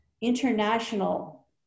international